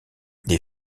des